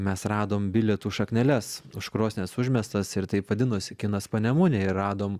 mes radom bilietų šakneles už krosnies užmestas ir taip vadinosi kinas panemunėje ir radom